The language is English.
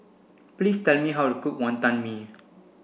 please tell me how to cook Wonton Mee